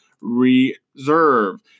Reserve